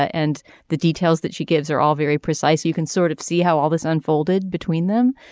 and the details that she gives are all very precise you can sort of see how all this unfolded between them.